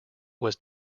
was